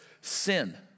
sin